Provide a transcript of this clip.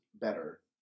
better